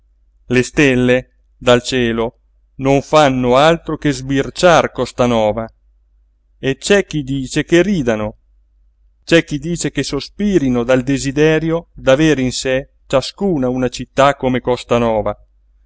le stelle dal cielo non fanno altro che sbirciar costanova e c'è chi dice che ridano c'è chi dice che sospirino dal desiderio d'avere in sé ciascuna una città come costanova sa